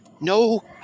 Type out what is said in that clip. no